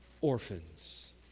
orphans